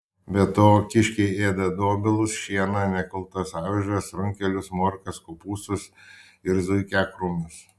be to kiškiai ėda dobilus šieną nekultas avižas runkelius morkas kopūstus ir zuikiakrūmius